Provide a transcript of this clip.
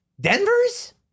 Denver's